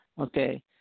Okay